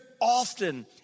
often